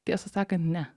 tiesą sakant ne